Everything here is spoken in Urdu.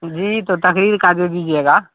جی تو تقریر کا دے دیجیے گا